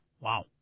Wow